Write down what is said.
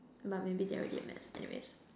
but maybe they're already a mess anyways